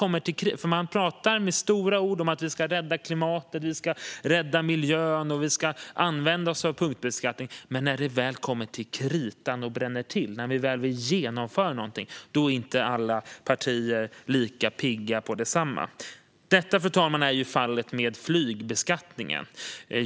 Man pratar med stora ord om att vi ska rädda klimatet, rädda miljön och använda oss av punktbeskattning. Men när det väl kommer till kritan och bränner till, när vi väl vill genomföra någonting, är inte alla partier lika pigga på detsamma. Detta, fru talman, är fallet med flygbeskattningen.